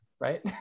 right